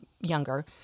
younger